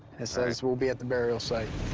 it says we'll be at the burial site.